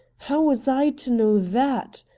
how was i to know that?